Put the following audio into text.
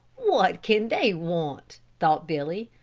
what can they want? thought billy.